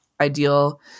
ideal